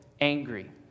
angry